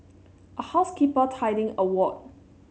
a housekeeper tidying a ward